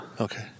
Okay